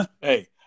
hey